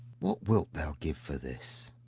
what wilt thou give for this?